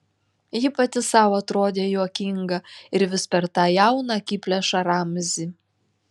ji pati sau atrodė juokinga ir vis per tą jauną akiplėšą ramzį